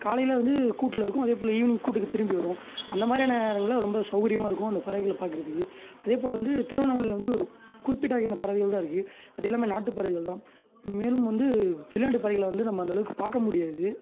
காலையில் வந்து கூட்டில் இருக்கும் அதே போல ஈவினிங் கூட்டுக்கு திரும்பி வரும் அந்த மாதிரி நேரங்களில் ரொம்ப சௌகரியமாக இருக்கும் அந்த பறவைகளை பார்க்கறதுக்கு அதே போல் வந்து திருவண்ணாமலையில் வந்து ஒரு குறிப்பிட்ட வகையான பறவைகள் தான் இருக்குது அது எல்லாமே நாட்டு பறவைகள் தான் மேலும் வந்து வெளிநாட்டு பறவைகளை வந்து நம்ம அந்த அளவுக்கு பார்க்க முடியாது